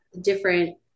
different